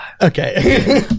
Okay